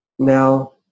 Now